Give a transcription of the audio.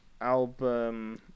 album